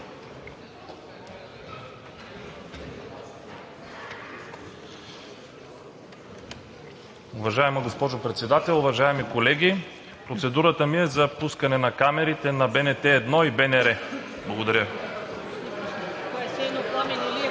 Уважаема госпожо Председател, уважаеми колеги! Процедурата ми е за пускане на камерите на БНТ 1 и БНР. Благодаря